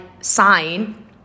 sign